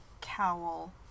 cowl